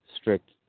strict